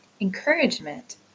encouragement